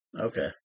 Okay